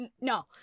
no